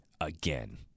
again